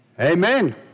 Amen